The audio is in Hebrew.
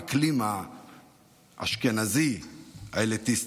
לאקלים האשכנזי האליטיסטי.